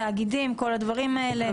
תאגידים כל הדברים האלה,